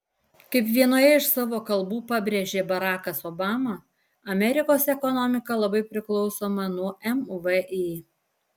kaip vienoje iš savo kalbų pabrėžė barakas obama amerikos ekonomika labai priklausoma nuo mvį